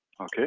Okay